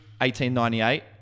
1898